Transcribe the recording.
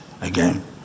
again